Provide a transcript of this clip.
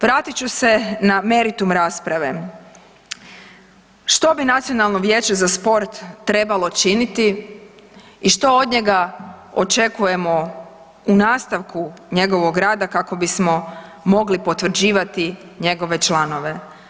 Vratit ću se na meritum rasprave što bi Nacionalno vijeće za sport trebalo činiti i što od njega očekujemo u nastavku njegovog rada kako bismo mogli potvrđivati njegove članove.